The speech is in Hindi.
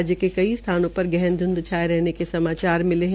राज्य के कई स्थानों पर गहन ध्ंध छाये रहने के समाचार भी मिले है